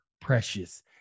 precious